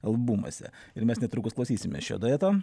albumuose ir mes netrukus klausysimės šio dueto